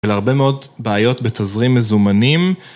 הרבה מאוד בעיות בתזרים מזומנים.